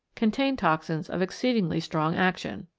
contain toxins of exceedingly strong action.